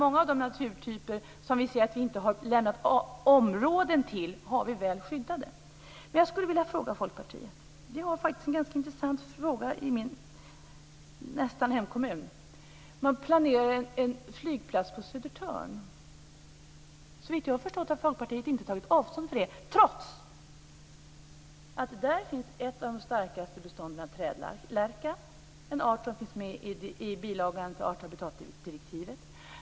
Många av de naturtyper som vi ser att vi inte har lämnat områden till är väl skyddade. Jag skulle vilja ställa en fråga till Folkpartiet. Det gäller ett intressant förslag nära min hemkommun. Man planerar en flygplats på Södertörn. Såvitt jag har förstått har Folkpartiet inte tagit avstånd från det, trots att där finns ett av de starkaste bestånden av trädlärka - en art som finns med i bilagan till art och habitatdirektivet.